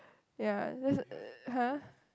ya that's uh !huh!